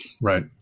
Right